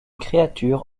créature